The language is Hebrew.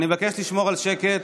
אני מבקש לשמור על שקט.